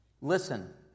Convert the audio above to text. Listen